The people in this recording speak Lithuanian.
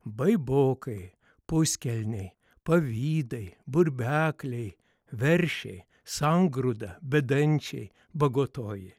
baibokai puskelniai pavydai burbekliai veršiai sangrūda bedančiai bagotoji